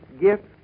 gift